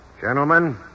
Gentlemen